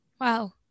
Wow